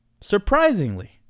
surprisingly